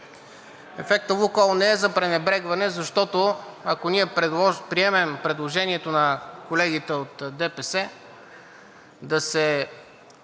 Ефектът „Лукойл“ не е за пренебрегване, защото, ако ние приемем предложението на колегите от ДПС, руският